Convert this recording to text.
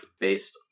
Based